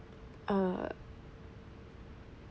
err